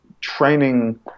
training